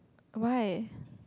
why